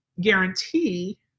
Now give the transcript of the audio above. guarantee